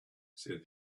said